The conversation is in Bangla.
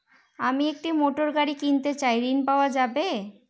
আমি একটি মোটরগাড়ি কিনতে চাই ঝণ পাওয়া যাবে?